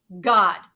God